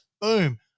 boom